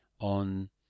on